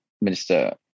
minister